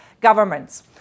governments